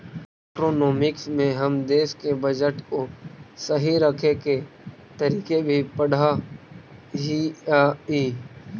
macroeconomics में हम देश के बजट को सही रखे के तरीके भी पढ़अ हियई